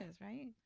right